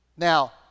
Now